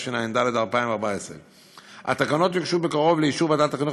התשע"ד 2014. התקנות יוגשו בקרוב לאישור ועדת החינוך,